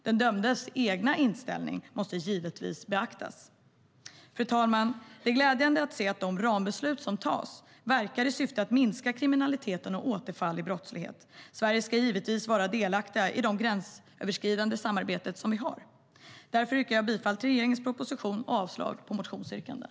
Den dömdes egen inställning måste givetvis beaktas. Fru talman! Det är glädjande att se att de rambeslut som tas verkar i syfte att minska kriminalitet och återfall i brottslighet. Sverige ska givetvis vara delaktigt i det gränsöverskridande samarbete som vi har. Därför yrkar jag bifall till utskottets förslag och avslag på motionsyrkandena.